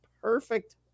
perfect